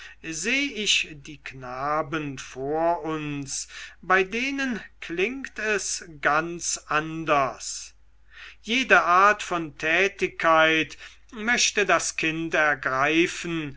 seh ich die knaben vor uns bei denen klingt es ganz anders jede art von tätigkeit möchte das kind ergreifen